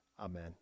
Amen